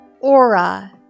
Aura